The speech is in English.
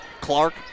Clark